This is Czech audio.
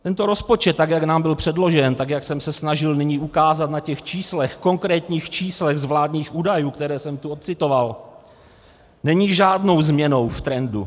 Tento rozpočet, tak jak nám byl předložen, jak jsem se snažil nyní ukázat na konkrétních číslech z vládních údajů, která jsem tu odcitoval, není žádnou změnou v trendu.